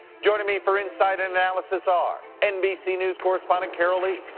joining me for insight and analysis are nbc news correspondent carol lee,